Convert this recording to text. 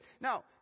now